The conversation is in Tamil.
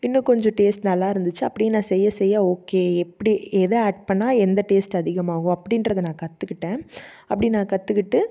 இன்னும் கொஞ்சம் டேஸ்ட் நல்லா இருந்துச்சு அப்டேயே நான் செய்ய செய்ய ஓகே எப்படி எதை ஆட் பண்ணிணா எந்த டேஸ்ட் அதிகமாகும் அப்படின்றத நான் கற்றுக்கிட்டேன் அப்படி நான் கற்றுக்கிட்டு